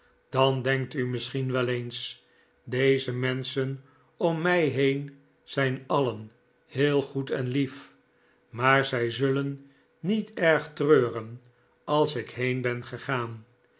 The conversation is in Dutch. dan denkt u misschien wel eens deze menschen om mij heen zijn alien heel goed en lief maar zij zullen niet erg treuren als ik heen ben gegaan